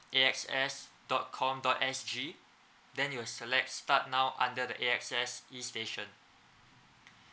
A_X_S dot com dot S_G then you'll select start now under the AX_S e station